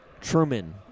Truman